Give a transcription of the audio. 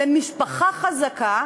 למשפחה חזקה,